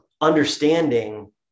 understanding